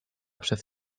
przez